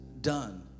done